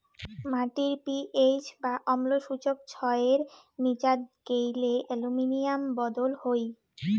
মাটির পি.এইচ বা অম্ল সূচক ছয়ের নীচাত গেইলে অ্যালুমিনিয়াম বদল হই